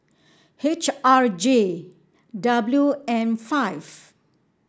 H R J W M five